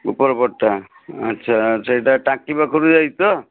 ଉପର ପଟଟା ଆଚ୍ଛା ସେଇଟା ଟାଙ୍କି ପାଖରୁ ଯାଇଛି ତ